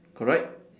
correct